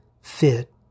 fit